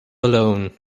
alone